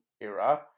era